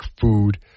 food